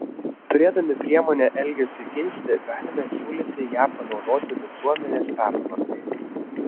turėdami priemonę elgesiui keisti galime siūlyti ją panaudoti visuomenės pertvarkai